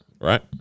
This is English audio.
right